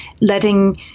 letting